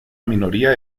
minoría